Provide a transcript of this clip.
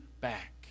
back